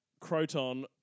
Croton